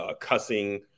cussing